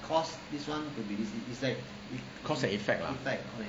cause and effect lah